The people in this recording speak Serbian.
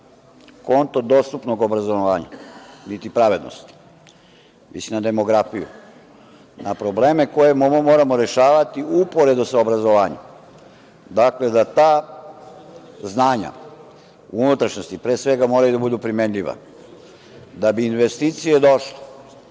konto dostupnog obrazovanja niti pravednosti, mislim na demografiju, na probleme koje moramo rešavati uporedo sa obrazovanjem, dakle, da ta znanja u unutrašnjosti pre svega moraju da budu primenljiva da bi investicije došle.